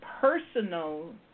personal